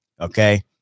Okay